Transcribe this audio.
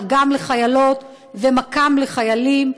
חג"ם לחיילות ומקא"ם לחיילים?